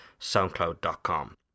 soundcloud.com